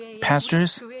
pastors